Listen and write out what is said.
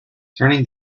turning